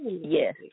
Yes